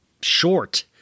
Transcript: short